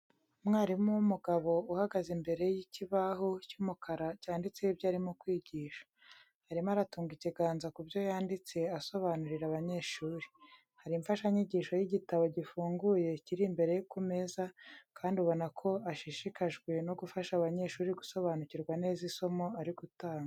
Umwarimu w'umugabo uhagaze imbere y'ikibaho cy'umukara cyanditseho ibyo arimo kwigisha. Arimo aratunga ikiganza ku byo yanditse asobanurira abanyeshuri. Hari imfashanyigisho y'igitabo gifunguye kiri imbere ye ku meza, kandi ubona ko ashishikajwe no gufasha abanyeshuri gusobanukirwa neza isomo ari gutanga.